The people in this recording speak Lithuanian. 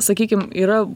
sakykim yra